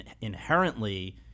inherently